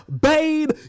babe